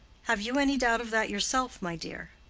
have you any doubt of that yourself, my dear?